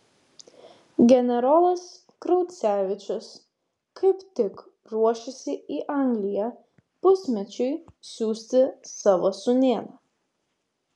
generolas kraucevičius kaip tik ruošėsi į angliją pusmečiui siųsti savo sūnėną